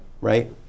right